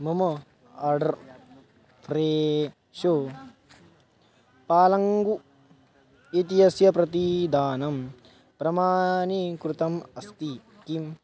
मम आर्डर् फ़्रेशो पालङ्गु इति यस्य प्रतिदानं प्रमाणीकृतम् अस्ति किम्